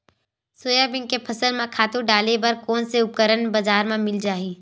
Soybean के फसल म खातु डाले बर कोन से उपकरण बजार म मिल जाहि?